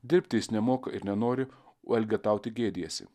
dirbti jis nemoka ir nenori o elgetauti gėdijasi